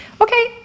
Okay